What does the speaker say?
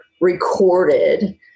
recorded